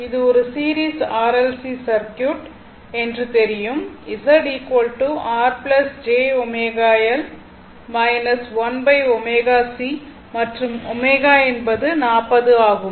இது ஒரு series R L C circuit என்று தெரியும் Z மற்றும் ω என்பது 40 ஆகும்